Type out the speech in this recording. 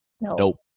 Nope